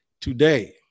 today